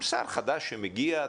שר חדש שמגיע,